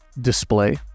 display